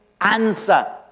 answer